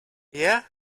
yeah